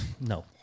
No